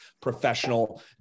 professional